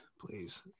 please